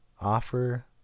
offer